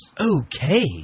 Okay